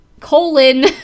colon